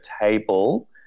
table